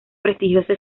prestigiosa